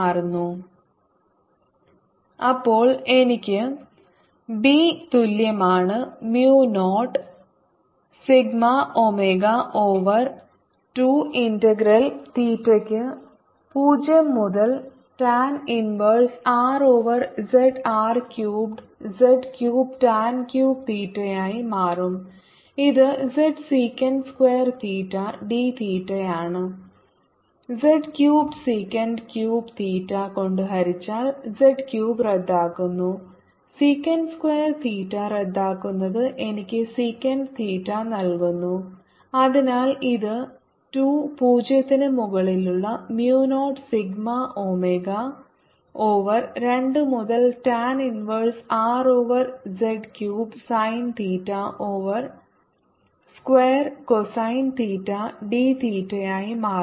rztanθdrzsec2θdθ B0σω2 0Rz z3θ zθdθ z3 0σωz2 0Rz dθ 0σωz2 0Rz dcosθ 0σωz2 1ZR2z21 x2x2dx xcosθ അപ്പോൾ എനിക്ക് B തുല്യമാണ് mu 0 sigma omega over 2 integral തീറ്റയ്ക്ക് 0 മുതൽ tan inverse R over z r cubed z cubed tan cubed തീറ്റയായി മാറും ഇത് z secant square theta d തീറ്റയാണ് z cubed secant cubed theta കൊണ്ട് ഹരിച്ചാൽ Z ക്യൂബ് റദ്ദാക്കുന്നു സിക്കന്റ് സ്ക്വയർ തീറ്റ റദ്ദാക്കുന്നത് എനിക്ക് സിക്കന്റ് തീറ്റ നൽകുന്നു അതിനാൽ ഇത് 2 0 ന് മുകളിലുള്ള mu 0 സിഗ്മ ഒമേഗ ഓവർ 2 മുതൽ tan inverse R over z cubed sine theta over square cosine theta d തീറ്റയായി മാറുന്നു